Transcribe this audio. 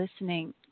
listening